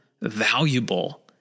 valuable